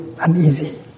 uneasy